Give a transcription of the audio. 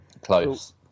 close